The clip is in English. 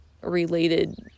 related